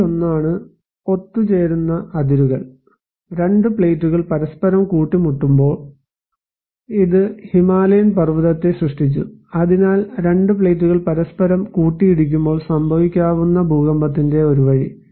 അതിലൊന്നാണ് ഒത്തു ചേരുന്ന അതിരുകൾൾ രണ്ട് പ്ലേറ്റുകൾ പരസ്പരം കൂട്ടിമുട്ടിയപ്പോൾ ഇത് ഹിമാലയൻ പർവതത്തെ സൃഷ്ടിച്ചു അതിനാൽ രണ്ട് പ്ലേറ്റുകൾ പരസ്പരം കൂട്ടിയിടിക്കുമ്പോൾ സംഭവിക്കാവുന്ന ഭൂകമ്പത്തിന്റെ ഒരു വഴി